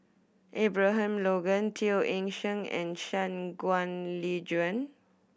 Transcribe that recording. Abraham Logan Teo Eng Seng and Shangguan Liuyun